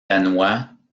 danois